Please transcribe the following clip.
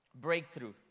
breakthrough